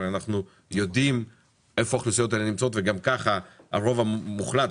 אנחנו יודעים איפה האוכלוסיות האלה נמצאות וגם ככה הרוב המוחלט,